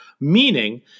Meaning